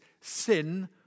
sin